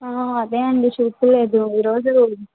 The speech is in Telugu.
అదే అండి చూపించలేదు ఈ రోజు